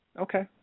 Okay